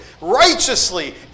righteously